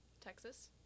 Texas